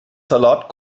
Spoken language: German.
salat